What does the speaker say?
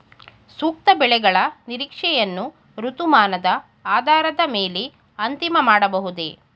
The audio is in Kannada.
ಸೂಕ್ತ ಬೆಳೆಗಳ ನಿರೀಕ್ಷೆಯನ್ನು ಋತುಮಾನದ ಆಧಾರದ ಮೇಲೆ ಅಂತಿಮ ಮಾಡಬಹುದೇ?